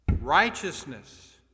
righteousness